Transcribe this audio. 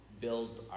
build